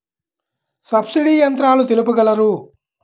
Subsidy యంత్రాలు తెలుపగలరు?